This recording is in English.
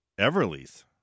Everly's